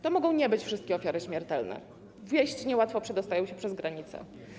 To mogą nie być wszystkie ofiary śmiertelne, wieści niełatwo przedostają się przez granicę.